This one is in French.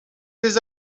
des